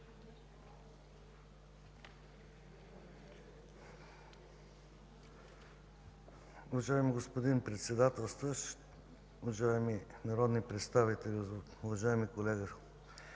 Уважаеми господин Председателстващ, уважаеми народни представители, уважаеми колега!